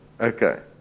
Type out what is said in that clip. Okay